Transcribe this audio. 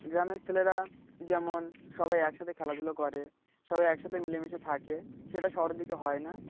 গ্রামের ছেলেরা যেমন সবাই একসাথে খেলাধুলো করে সবাই একসাথে মিলেমিশে থাকে সেটা শহরের দিকে হয় না